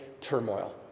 turmoil